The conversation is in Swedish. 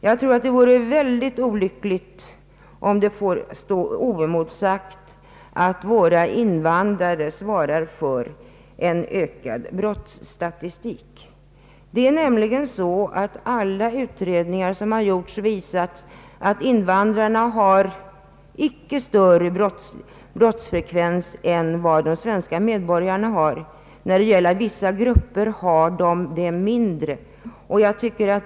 Jag tror att det vore väldigt olyckligt, om det får stå oemotsagt att våra invandrare svarar för ökningen av antalet brott. Alla utredningar som har gjorts visar nämligen att brottsfrekvensen inte är högre bland invandrarna än bland de svenska medborgarna. För vissa grupper invandrare är den t.o.m. lägre.